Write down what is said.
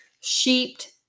sheeped